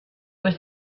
was